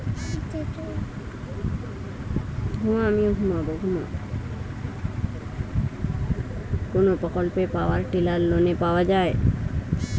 কোন প্রকল্পে power tiller লোনে পাওয়া য়ায়?